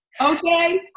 okay